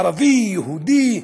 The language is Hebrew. ערבי, יהודי,